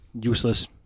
useless